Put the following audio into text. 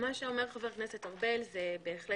שאומר חבר הכנסת ארבל נכון.